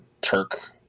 Turk